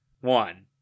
One